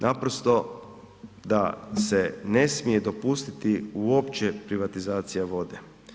Naprosto da se ne smije dopustiti uopće privatizacija vode.